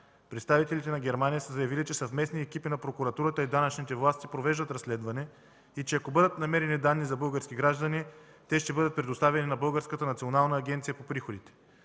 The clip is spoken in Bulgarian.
Представителите на Германия са заявили, че съвместни екипи на прокуратурата и данъчните власти провеждат разследване и ако бъдат намерени данни за български граждани, те ще бъдат предоставени на българската